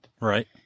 Right